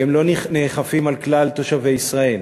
והם לא נאכפים על כלל תושבי ישראל.